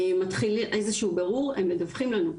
מתחילים איזה שהוא בירור והם מיד מדווחים לנו.